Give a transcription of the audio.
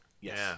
Yes